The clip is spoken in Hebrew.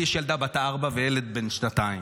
לי יש ילדה בת ארבע וילד בן שנתיים,